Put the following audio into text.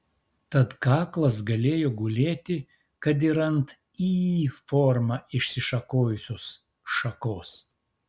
tad kaklas galėjo gulėti kad ir ant y forma išsišakojusios šakos